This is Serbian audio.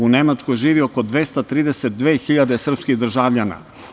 U Nemačkoj živi oko 232.000 srpskih državljana.